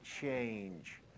change